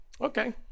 Okay